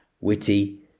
witty